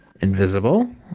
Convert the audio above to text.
invisible